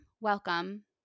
Welcome